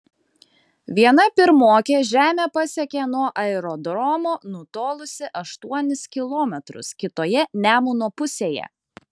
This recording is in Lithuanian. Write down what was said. viena pirmokė žemę pasiekė nuo aerodromo nutolusi aštuonis kilometrus kitoje nemuno pusėje